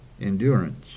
endurance